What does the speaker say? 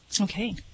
Okay